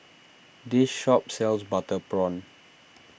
this shop sells Butter Prawn